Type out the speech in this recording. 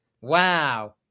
Wow